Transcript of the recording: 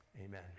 amen